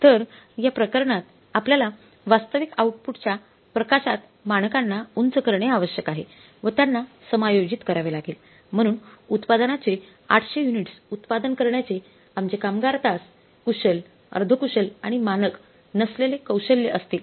तर या प्रकरणात आपल्याला वास्तविक आऊटपुटच्या प्रकाशात मानकांना उंच करणे आवश्यक आहे व त्यांना समायोजित करावे लागेल म्हणून उत्पादनाचे 800 युनिट्स उत्पादन करण्याचे आमचे कामगार तास कुशल अर्धकुशल आणि मानक नसलेले कौशल्य असतील